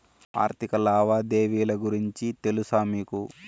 ఆర్థిక లావాదేవీల గురించి తెలుసా మీకు